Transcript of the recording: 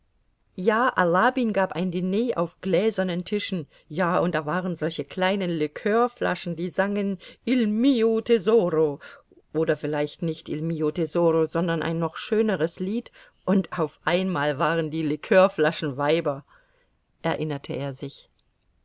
ja alabin gab ein diner auf gläsernen tischen ja und da waren solche kleine likörflaschen die sangen il mio tesoro oder vielmehr nicht il mio tesoro sondern ein noch schöneres lied und auf einmal waren die likörflaschen weiber erinnerte er sich